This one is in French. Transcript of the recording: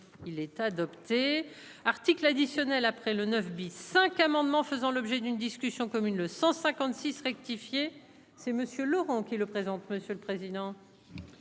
Il est adopté. Article additionnel après le 9 bis. 5 amendements faisant l'objet d'une discussion commune le 156 rectifié c'est monsieur Laurent qui le présente. Monsieur le président.